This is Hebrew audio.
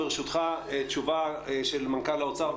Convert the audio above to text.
תשובה של מנכ"ל האוצר.